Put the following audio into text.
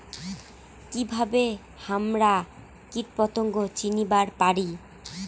কিভাবে হামরা কীটপতঙ্গ চিনিবার পারি?